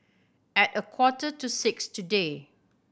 at a quarter to six today